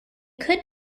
could